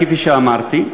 כפי שאמרתי,